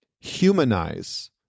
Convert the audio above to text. humanize